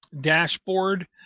dashboard